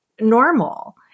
normal